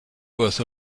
worth